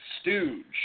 stooge